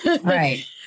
right